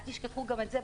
אל תשכחו גם את זה.